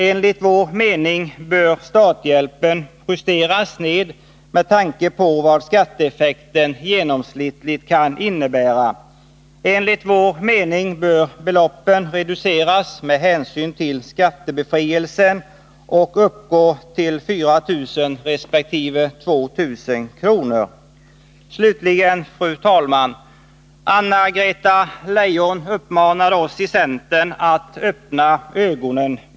Enligt vår mening bör starthjälpen justeras ned med tanke på vad skatteeffekten genomsnittligt kan innebära. Vi anser att beloppen bör reduceras med hänsyn till skattebefrielsen och uppgå till 4 000 resp. 2 000 kr. Fru talman! Anna-Greta Leijon uppmanade oss i centern att öppna ögonen.